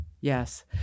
Yes